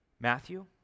Matthew